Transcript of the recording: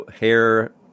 hair